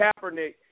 Kaepernick